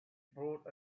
brought